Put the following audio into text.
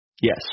Yes